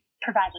provide